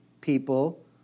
people